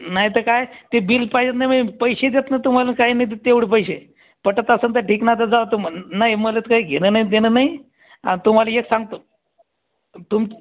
नाही तर काय ते बिल पाहिजेच नाही मला पैशे देत नाही तुम्हाला आणि काही नाही देत एवढं पैसे पटत असंल तर ठीक नाही तर जातो म्हण नाही म्हणत काही घेणं नाही देणं नाही आणि तुम्हाला एक सांगतो तुम